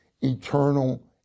eternal